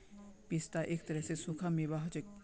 पिस्ता एक तरह स सूखा मेवा हछेक